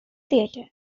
theater